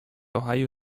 ohio